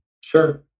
Sure